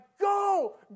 go